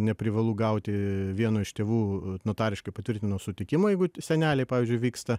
neprivalu gauti vieno iš tėvų notariškai patvirtinus sutikimą jeigu seneliai pavyzdžiui vyksta